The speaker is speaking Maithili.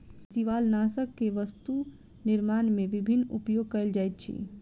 शिवालनाशक के वस्तु निर्माण में विभिन्न उपयोग कयल जाइत अछि